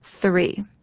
Three